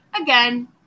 again